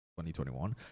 2021